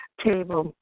table.